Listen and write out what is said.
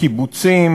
קיבוצים,